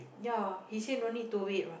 ya he say no need to wait what